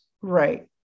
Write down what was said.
right